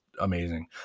amazing